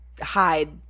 hide